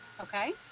okay